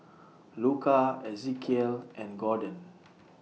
Luka Ezekiel and Gorden